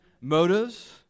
motives